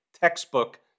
textbook